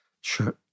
Sure